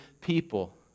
people